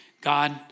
God